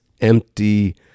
empty